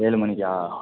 ஏழு மணிக்கா